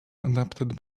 adapted